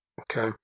Okay